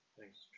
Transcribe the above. Thanks